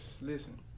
Listen